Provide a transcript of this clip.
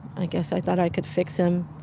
i guess i thought i could fix him